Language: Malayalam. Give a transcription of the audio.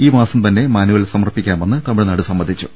ഈ മാസം തന്നെ മാനുവൽ സമർപ്പിക്കാമെന്ന് തമിഴ്നാട് സമ്മതിച്ചു